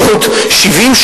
בעוד 70,